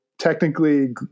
technically